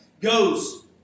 goes